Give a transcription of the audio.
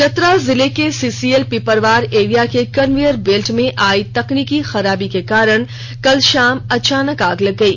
चतरा जिले के CCL Piparwar area के कन्वेयर बेल्ट में आई तकनीकी खराबी के कारण कल शाम अचानक आग लग गई